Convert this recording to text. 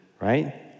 right